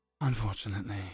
unfortunately